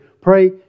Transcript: Pray